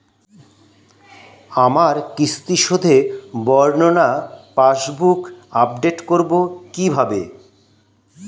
আমার কিস্তি শোধে বর্ণনা পাসবুক আপডেট করব কিভাবে?